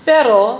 Pero